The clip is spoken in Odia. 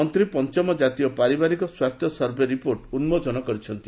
ମନ୍ତ୍ରୀ ପଞ୍ଚମ ଜାତୀୟ ପାରିବାରିକ ସ୍ୱାସ୍ଥ୍ୟ ସର୍ବେକ୍ଷଣ ରିପୋର୍ଟ ଉନ୍କୋଚନ କରିଛନ୍ତି